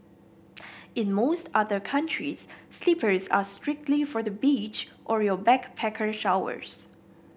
in most other countries slippers are strictly for the beach or your backpacker showers